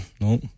no